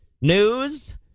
news